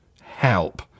Help